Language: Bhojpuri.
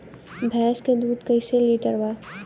भैंस के दूध कईसे लीटर बा?